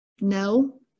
No